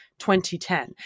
2010